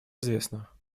известна